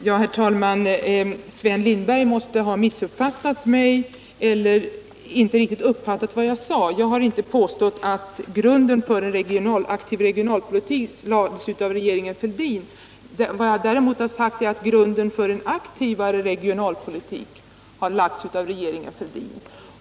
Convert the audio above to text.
Herr talman! Sven Lindberg måste ha missuppfattat mig eller inte riktigt ha uppfattat vad jag sade. Jag har inte påstått att grunden för en aktiv regionalpolitik lades av regeringen Fälldin. Vad jag däremot har sagt är att grunden för en aktivare regionalpolitik har lagts av regeringen Fälldin.